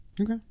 Okay